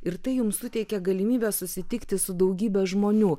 ir tai jums suteikė galimybę susitikti su daugybe žmonių